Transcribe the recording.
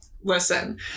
Listen